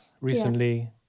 recently